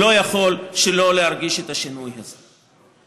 לא יכול שלא להרגיש את השינוי הזה.